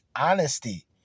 honesty